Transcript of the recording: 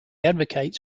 advocates